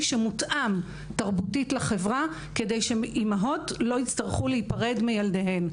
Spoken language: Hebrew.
שמותאם תרבותית לחברה כדי שאימהות לא תצטרכנה להיפרד מילדיהן.